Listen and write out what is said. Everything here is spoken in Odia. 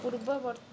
ପୂର୍ବବର୍ତ୍ତୀ